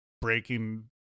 breaking